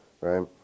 right